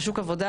ושוק עבודה,